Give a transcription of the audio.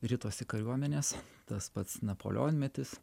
ritosi kariuomenės tas pats napoleonmetis